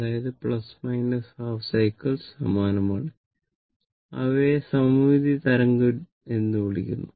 അതായത് half cycles സമാനമാണ് അവയെ സമമിതി തരംഗം എന്ന് വിളിക്കുന്നു